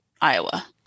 Iowa